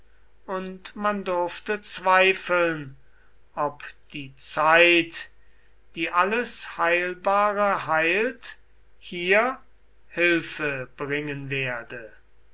und man durfte zweifeln ob die zeit die alles heilbare heilt hier hilfe bringen werde